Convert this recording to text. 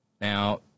Now